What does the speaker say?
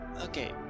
Okay